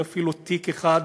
בלי אפילו תיק אחד